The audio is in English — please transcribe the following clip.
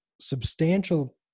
substantial